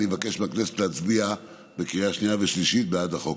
אני מבקש מהכנסת להצביע בקריאה שנייה ושלישית בעד החוק.